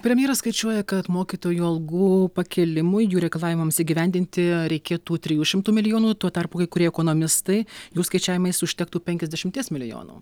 premjeras skaičiuoja kad mokytojų algų pakėlimui jų reikalavimams įgyvendinti reikėtų trijų šimtų milijonų tuo tarpu kai kurie ekonomistai jų skaičiavimais užtektų penkiasdešimties milijonų